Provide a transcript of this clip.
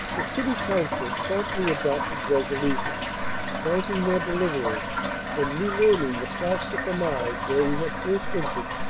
the city council promptly adopted resolutions thanking their deliverers and renaming the place de famars, where we had first entered,